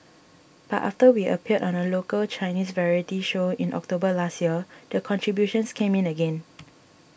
but after we appeared on a local Chinese variety show in October last year the contributions came in again